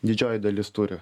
didžioji dalis turi